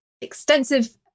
extensive